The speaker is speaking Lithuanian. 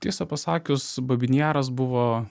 tiesą pasakius babyn jaras buvo